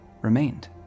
remained